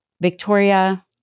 Victoria